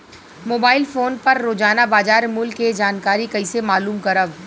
Mobile phone पर रोजाना बाजार मूल्य के जानकारी कइसे मालूम करब?